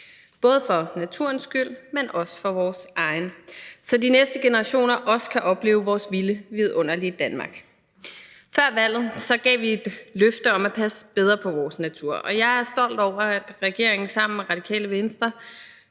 både for naturens skyld, men også for vores egen, så de næste generationer også kan opleve vores vilde vidunderlige Danmark. Før valget gav vi et løfte om at passe bedre på vores natur. Jeg er stolt over, at regeringen sammen med Radikale Venstre,